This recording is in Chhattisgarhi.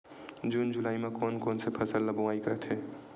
जून जुलाई म कोन कौन से फसल ल बोआई करथे?